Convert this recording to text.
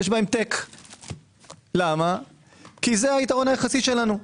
יש בהם טק כי זה היתרון היחסי שלנו.